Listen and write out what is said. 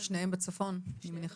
שניהם בצפון, אני מניחה.